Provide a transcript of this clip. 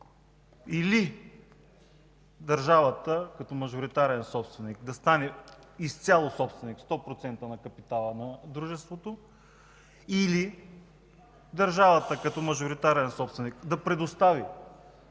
или държавата като мажоритарен собственик да стане изцяло – 100%, собственик на капитала на дружеството, или държавата като мажоритарен собственик да предостави